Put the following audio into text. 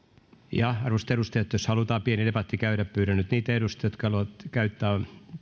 arvoisat edustajat jos halutaan pieni debatti käydä pyydän nyt niitä edustajia jotka haluavat käyttää